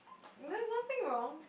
there's nothing wrong